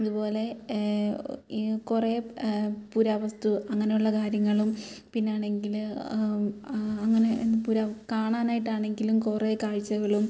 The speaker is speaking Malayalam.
ഇത്പോലെ ഈ കുറെ പുരാവസ്തു അങ്ങനെയുള്ള കാര്യങ്ങളും പിന്നാണെങ്കിൽ അങ്ങനെ എൻ പുര കാണാനായിട്ടാണെങ്കിലും കുറെ കാഴ്ചകളും